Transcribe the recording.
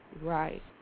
Right